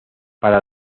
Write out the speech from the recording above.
para